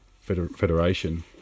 federation